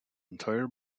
entire